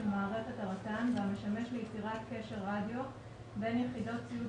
מערכת הרט"ן והמשמש ליצירת קשר רדיו בין יחידות ציוד